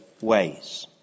ways